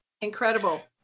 Incredible